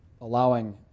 allowing